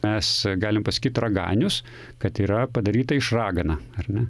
mes galim pasakyt raganius kad yra padaryta iš ragana ar ne